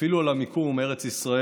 אפילו על המיקום, ארץ ישראל,